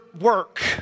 work